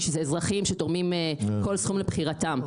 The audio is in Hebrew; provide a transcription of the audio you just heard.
שאלה אזרחים שתורמים כל סכום כפי בחירתם.